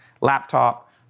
laptop